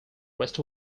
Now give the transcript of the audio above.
rest